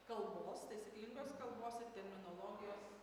kalbos taisyklingos kalbos ir terminologijos